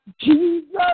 Jesus